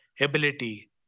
ability